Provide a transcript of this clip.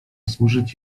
służyć